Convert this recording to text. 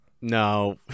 No